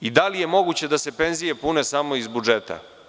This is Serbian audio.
Da li je moguće da se penzije pune samo iz budžeta?